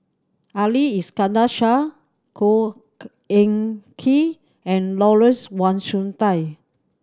Ali Iskandar Shah Khor Ean Ghee and Lawrence Wong Shyun Tsai